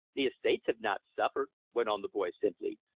the estates have not suffered, went on the boy simply.